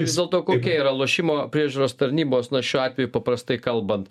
vis dėlto kokia yra lošimo priežiūros tarnybos na šiuo atveju paprastai kalbant